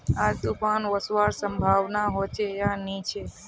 आज तूफ़ान ओसवार संभावना होचे या नी छे?